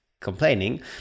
complaining